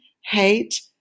hate